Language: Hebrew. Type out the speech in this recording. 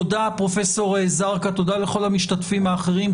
תודה פרופסור זרקא, תודה לכל המשתתפים האחרים.